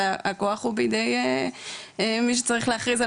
והכוח הוא בידי מי שצריך להכריז על